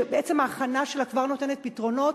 בעצם ההכנה שלה כבר נותנת פתרונות.